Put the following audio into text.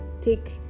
take